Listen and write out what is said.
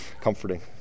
comforting